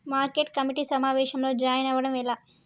Market committee సమావేశంలో join అవ్వడం ఎలా?